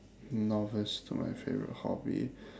a novice to my favourite hobby